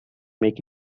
make